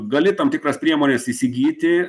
gali tam tikras priemones įsigyti